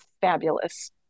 fabulous